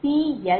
0 p